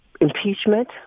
impeachment